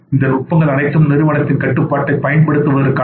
இந்த நுட்பங்கள் அனைத்தும் நிறுவனத்தில் கட்டுப்பாட்டைப் பயன்படுத்துவதற்கானவை